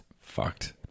Fucked